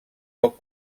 poc